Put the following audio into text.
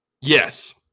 Yes